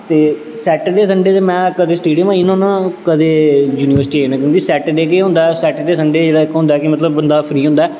ते Saturday Sunday ते में कदें स्टेडियम आई जन्ना होन्नां कदें यूनिवर्सिटी जन्नां क्योंकि सैटर्डे केह् होंदा ऐ सैटर्डे संडे जेह्ड़ा इक होंदा ऐ कि बंदा फ्री होंदा ऐ